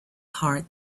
heart